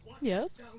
Yes